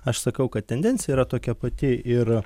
aš sakau kad tendencija yra tokia pati ir